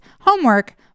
homework